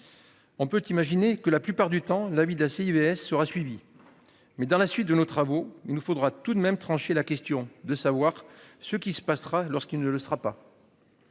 On peut imaginer que la plupart du temps la vie d'assez IVS sera suivie. Mais dans la suite de nos travaux, il nous faudra tout de même trancher la question de savoir ce qui se passera. Lorsqu'il ne le sera pas.